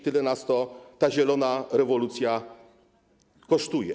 Tyle nas ta zielona rewolucja kosztuje.